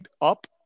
up